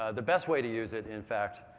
ah the best way to use it, in fact,